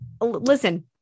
listen